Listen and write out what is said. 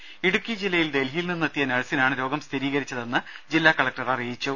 ദേദ ഇടുക്കി ജില്ലയിൽ ഡൽഹിയിൽ നിന്നെത്തിയ നഴ്സിനാണ് രോഗം സ്ഥിരീകരിച്ചതെന്ന് ജില്ലാ കലക്ടർ അറിയിച്ചു